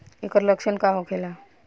ऐकर लक्षण का होखेला?